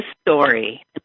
story